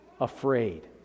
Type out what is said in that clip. afraid